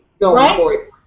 Right